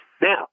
Now